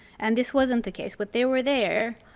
and this wasn't the case. but they were there.